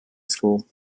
school